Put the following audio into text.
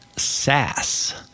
sass